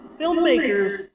filmmakers